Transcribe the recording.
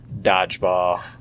Dodgeball